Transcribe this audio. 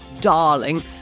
darling